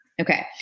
Okay